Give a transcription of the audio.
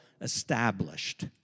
established